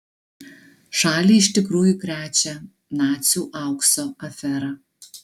šalį iš tikrųjų krečia nacių aukso afera